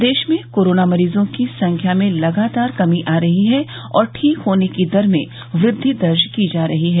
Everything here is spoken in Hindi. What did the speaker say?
प्रदेश में कोरोना मरीजों की संख्या में लगातार कमी आ रही है और ठीक होने की दर में ब्रद्वि दर्ज की जा रही है